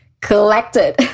collected